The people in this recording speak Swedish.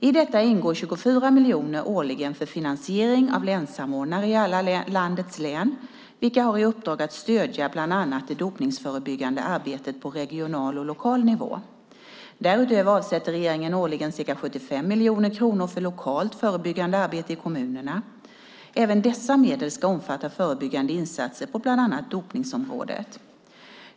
I detta ingår 24 miljoner årligen för finansiering av länssamordnare i alla landets län, vilka har i uppdrag att stödja bland annat det dopningsförebyggande arbetet på regional och lokal nivå. Därutöver avsätter regeringen årligen ca 75 miljoner kronor för lokalt förebyggande arbete i kommunerna. Även dessa medel ska omfatta förebyggande insatser på bland annat dopningsområdet.